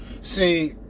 See